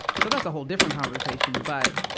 so that's a whole different conversation. but,